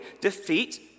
defeat